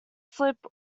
slip